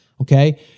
okay